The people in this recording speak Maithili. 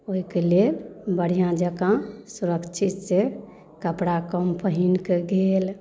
ओइके लेल बढ़िआँ जकाँ सुरक्षितसँ कपड़ा कम पहिनकऽ गेल